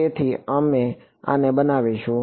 તેથી અમે આને બનાવીશું